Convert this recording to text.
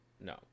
no